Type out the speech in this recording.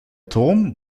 turm